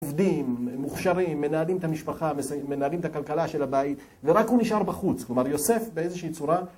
עובדים, מוכשרים, מנהלים את המשפחה, מנס... מנהלים את הכלכלה של הבית, ורק הוא נשאר בחוץ, כלומר יוסף באיזושהי צורה...